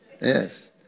Yes